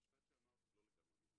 המשפט שאמרת הוא לא לגמרי מדויק.